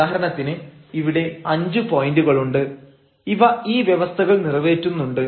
ഉദാഹരണത്തിന് ഇവിടെ 5 പോയന്റുകളുണ്ട് ഇവ ഈ വ്യവസ്ഥകൾ നിറവേറ്റുന്നുണ്ട്